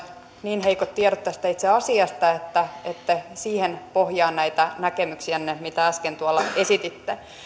niin heikot tiedot tästä itse asiasta ja että ette niihin pohjaa näitä näkemyksiänne mitä äsken tuolla esititte